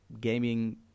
gaming